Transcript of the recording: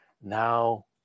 now